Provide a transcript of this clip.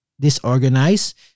Disorganized